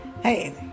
Hey